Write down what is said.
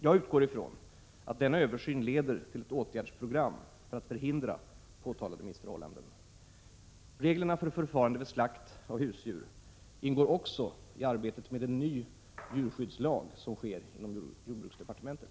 Jag utgår från att denna översyn leder till ett åtgärdsprogram för att förhindra påtalade missförhållanden. Reglerna för förfarande vid slakt av husdjur ingår även i arbetet med en ny djurskyddslag som sker inom jordbruksdepartementet.